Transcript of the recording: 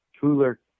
cooler